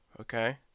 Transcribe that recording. okay